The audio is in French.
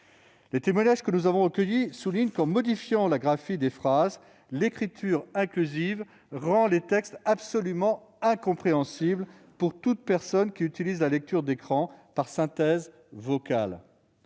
Les témoignages que nous avons recueillis soulignent que, en modifiant la graphie des phrases, l'écriture inclusive rend les textes absolument incompréhensibles pour toute personne qui utilise la lecture d'écran par synthèse vocale.